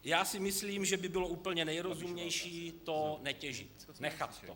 Já si myslím, že by bylo úplně nejrozumnější netěžit, nechat to.